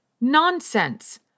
nonsense